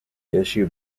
issue